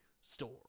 store